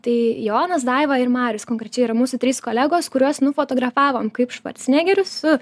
tai jonas daiva ir marius konkrečiai yra mūsų trys kolegos kuriuos nufotografavom kaip švarcnegerius su